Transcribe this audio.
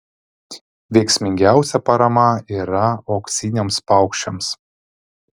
veiksmingiausia parama yra uoksiniams paukščiams